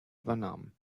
übernahmen